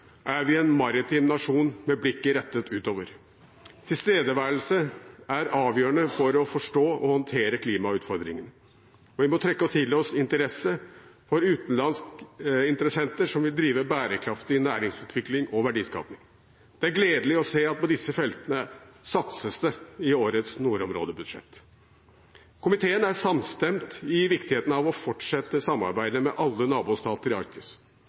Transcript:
er vi en maritim nasjon med blikket rettet utover. Tilstedeværelse er avgjørende for å forstå og håndtere klimautfordringene, og vi må trekke til oss interesse fra utenlandske interessenter som vil drive bærekraftig næringsutvikling og verdiskaping. Det er gledelig å se at på disse feltene satses det i årets nordområdebudsjett. Komiteen er samstemt i viktigheten av å fortsette samarbeidet med alle nabostater i Arktis.